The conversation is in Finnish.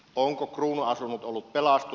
onko kruunuasunnot ollut pelastus